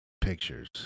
pictures